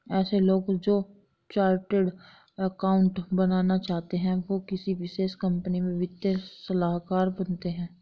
ऐसे लोग जो चार्टर्ड अकाउन्टन्ट बनना चाहते है वो किसी विशेष कंपनी में वित्तीय सलाहकार बनते हैं